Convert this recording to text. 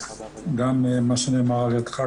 גם מה שנאמר על ידך,